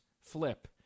flip